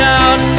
out